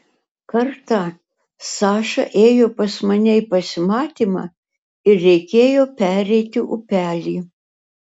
kartą saša ėjo pas mane į pasimatymą ir reikėjo pereiti upelį